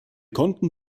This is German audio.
konnten